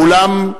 ואולם,